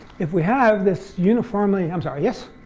if we have this uniformly i'm sorry. yes.